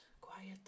quiet